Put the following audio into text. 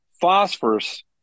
phosphorus